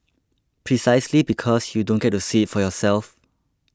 precisely because you don't get to see it for yourself